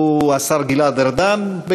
הוא השר גלעד ארדן,